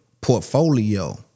Portfolio